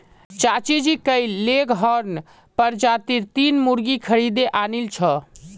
चाचाजी कइल लेगहॉर्न प्रजातीर तीन मुर्गि खरीदे आनिल छ